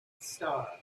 star